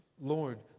Lord